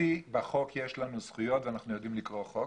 בחוק יש לנו זכויות ואנחנו יודעים לקרוא חוק